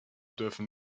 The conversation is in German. dürfen